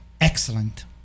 Excellent